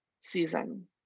season